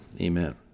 Amen